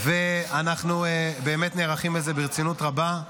אנחנו נערכים לזה ברצינות רבה.